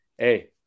Hey